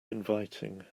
inviting